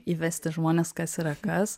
įvesti žmones kas yra kas